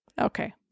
Okay